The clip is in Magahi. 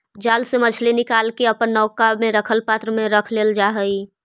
जाल से मछली के निकालके अपना नौका में रखल पात्र में रख लेल जा हई